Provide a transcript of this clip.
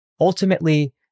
Ultimately